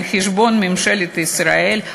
זה על חשבון ממשלת ישראל,